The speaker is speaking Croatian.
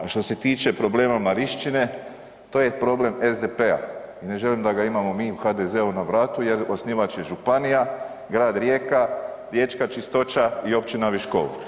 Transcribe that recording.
A što se tiče problema Marišćine, to je problem SDP-a i ne želim da ga imamo mi u HDZ-u na vratu jer osnivač je županija, grad Rijeka, riječka Čistoća i općina Viškovo.